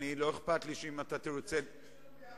שישיב לשנינו ביחד.